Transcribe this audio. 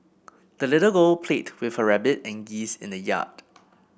the little girl played with her rabbit and geese in the yard